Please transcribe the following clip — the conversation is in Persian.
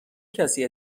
کسی